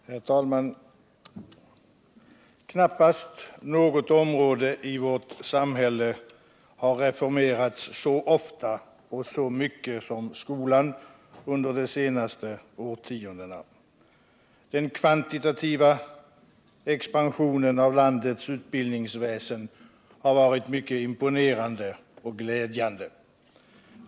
Herr talman! Knappast något område i vårt samhälle har reformerats så ofta och så mycket som skolan under de senaste årtiondena. Den kvantitativa expansionen av landets utbildningsväsen har varit mycket imponerande och glädjande.